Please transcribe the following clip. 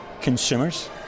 consumers